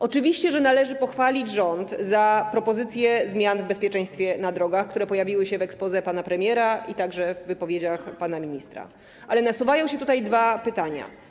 Oczywiście, że należy pochwalić rząd za propozycję zmian dotyczących bezpieczeństwa na drogach, których zapowiedź pojawiła się w exposé pana premiera i także w wypowiedziach pana ministra, ale nasuwają się tutaj dwa pytania.